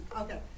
Okay